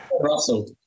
Russell